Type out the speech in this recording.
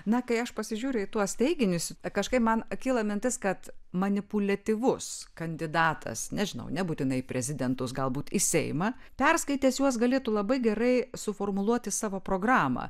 na kai aš pasižiūriu į tuos teiginius kažkaip man kyla mintis kad manipuliatyvus kandidatas nežinau nebūtinai į prezidentus galbūt į seimą perskaitęs juos galėtų labai gerai suformuluoti savo programą